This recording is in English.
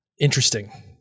Interesting